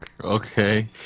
Okay